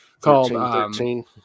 called